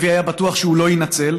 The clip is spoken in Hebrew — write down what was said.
לוי היה בטוח שהוא לא יינצל,